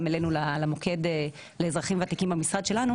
אלינו למוקד לאזרחים וותיקים במשרד שלנו.